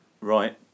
Right